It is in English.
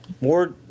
more